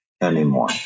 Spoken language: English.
anymore